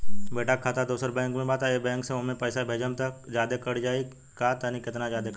बेटा के खाता दोसर बैंक में बा त ए बैंक से ओमे पैसा भेजम त जादे कट जायी का त केतना जादे कटी?